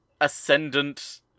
ascendant